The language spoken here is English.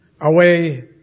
Away